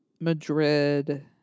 Madrid